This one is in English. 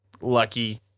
lucky